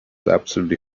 absolutely